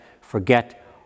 forget